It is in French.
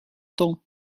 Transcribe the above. temps